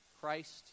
Christ